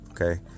okay